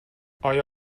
آیا